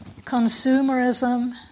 Consumerism